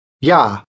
Ja